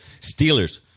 Steelers